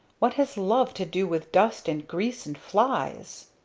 what has love to do with dust and grease and flies!